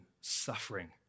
suffering